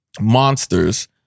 monsters